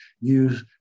use